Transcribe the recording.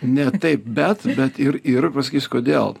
ne taip bet bet ir ir pasakysiu kodėl